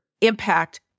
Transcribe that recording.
impact